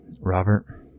Robert